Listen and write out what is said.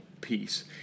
peace